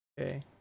okay